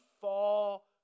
fall